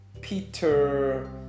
Peter